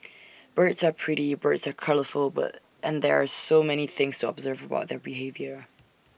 birds are pretty birds are colourful and there are so many things to observe about their behaviour